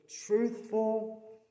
truthful